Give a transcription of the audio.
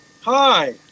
Hi